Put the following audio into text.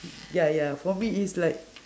ya ya for me it's like